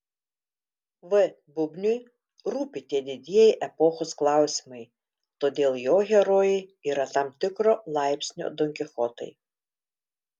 v bubniui rūpi tie didieji epochos klausimai todėl jo herojai yra tam tikro laipsnio donkichotai